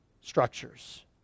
structures